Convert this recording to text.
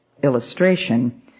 illustration